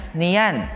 nian